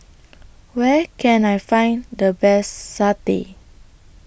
Where Can I Find The Best Satay